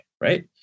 right